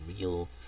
real